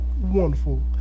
wonderful